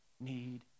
need